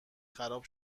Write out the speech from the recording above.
خراب